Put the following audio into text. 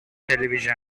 television